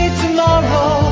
tomorrow